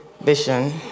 vision